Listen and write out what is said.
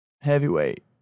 Heavyweight